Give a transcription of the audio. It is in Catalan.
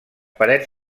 parets